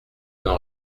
n’en